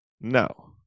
no